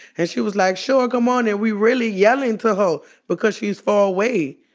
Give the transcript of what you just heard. and she was like, sure. come on. and we really yelling to her because she's far away.